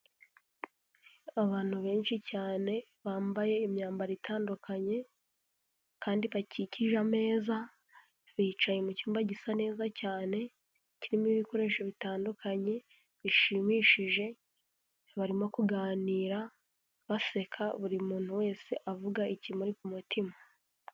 Abantu benshi cyane bambaye imyambaro itandukanye kandi bakikije ameza, bicaye mu cyumba gisa neza cyane kirimo ibikoresho bitandukanye bishimishije, barimo kuganira baseka buri muntu wese avuga ikimuri ku mutima.